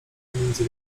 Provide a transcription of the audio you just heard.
pomiędzy